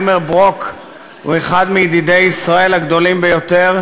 אלמר ברוק הוא אחד מידידי ישראל הגדולים ביותר,